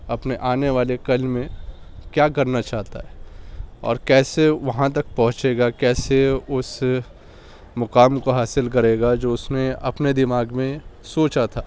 اپنے آنے والے کل میں کیا کرنا چاہتا ہے اور کیسے وہاں تک پہنچے گا کیسے اس مقام کو حاصل کرے گا جو اس نے اپنے دماغ میں سوچا تھا